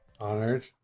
Honored